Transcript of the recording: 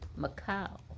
Macau